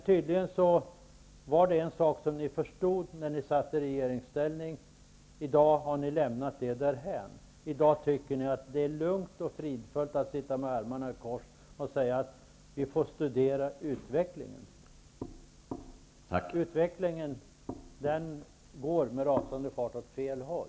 Tydligen var det en sak som ni förstod när ni satt i regeringsställning, men i dag har ni lämnat det därhän och tycker att det är lugnt och fridfullt att sitta med armarna i kors och säga att vi får studera utvecklingen. Utvecklingen går med rasande fart åt fel håll.